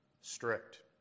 strict